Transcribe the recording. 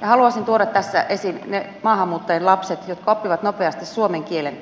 haluaisin tuoda tässä esiin ne maahanmuuttajien lapset jotka oppivat nopeasti suomen kielen